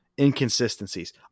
inconsistencies